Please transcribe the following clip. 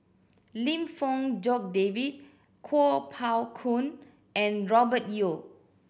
Lim Fong Jock David Kuo Pao Kun and Robert Yeo